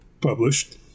published